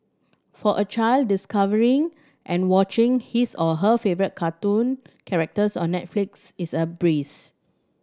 for a child discovering and watching his or her favourite cartoon characters on Netflix is a breeze